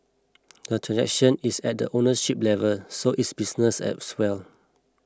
the transaction is at the ownership level so it's business as well